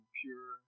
pure